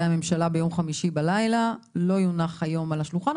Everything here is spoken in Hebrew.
הממשלה ביום חמישי בלילה לא יונח היום על השולחן.